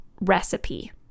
recipe